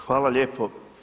Hvala lijepo.